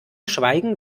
schweigen